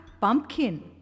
Pumpkin